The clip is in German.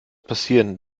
passieren